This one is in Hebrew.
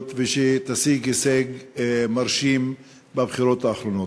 ותשיג הישג מרשים בבחירות האחרונות.